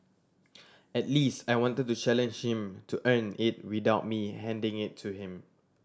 at least I wanted to challenge him to earn it without me handing it to him